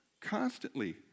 Constantly